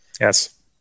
Yes